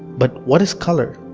but what is color?